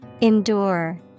Endure